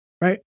right